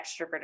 extroverted